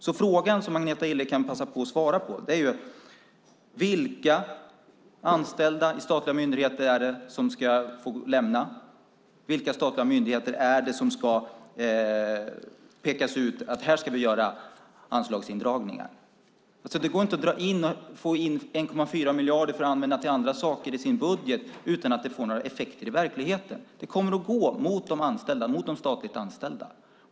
Den fråga Agneta Gille kan passa på att svara på gäller vilka anställda i statliga myndigheter som ska få lämna myndigheterna och vilka statliga myndigheter som ska pekas ut för anslagsindragningar. Det går inte att få in 1,4 miljarder att använda till andra saker i budgeten utan att det får effekter i verkligheten. Det kommer att gå ut över de statligt anställda.